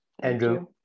Andrew